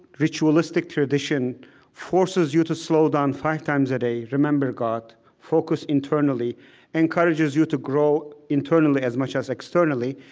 ritualistic tradition forces you to slow down five times a day, remember god, focus internally encourages you to grow internally, as much as externally.